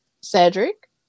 Cedric